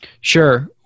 Sure